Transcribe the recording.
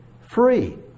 free